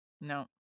No